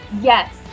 Yes